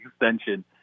extension